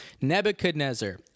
Nebuchadnezzar